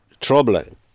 troubling